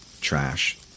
trash